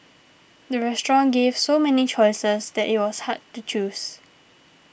the restaurant gave so many choices that it was hard to choose